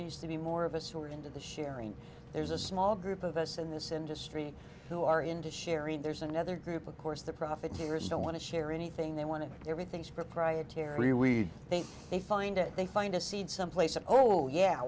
needs to be more of us who are into the sharing there's a small group of us in this industry who are into sharing there's another group of course the profiteers don't want to share anything they want to and everything is proprietary we think they find it they find a seed someplace and oh yeah